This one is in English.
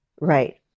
Right